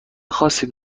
خاصی